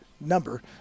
number